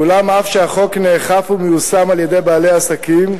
ואולם, אף שהחוק נאכף ומיושם על-ידי בעלי עסקים,